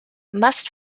must